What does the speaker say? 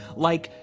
like,